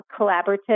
collaborative